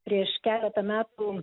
prieš keletą metų